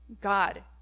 God